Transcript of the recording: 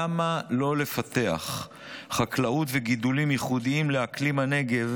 למה לא לפתח חקלאות וגידולים ייחודיים לאקלים הנגב,